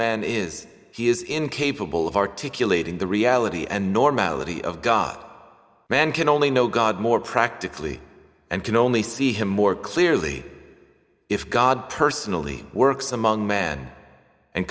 man is he is incapable of articulating the reality and normality of god man can only know god more practically and can only see him more clearly if god personally works among man and